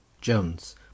Jones